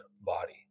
body